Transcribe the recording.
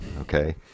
okay